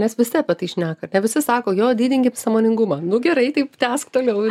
nes visi apie tai šneka jie visi sako jo didinkit sąmoningumą nu gerai taip tęsk toliau